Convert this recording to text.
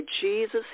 Jesus